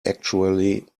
actually